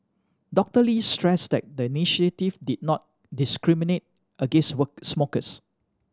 Doctor Lee stressed that the initiative did not discriminate against smokers